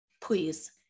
please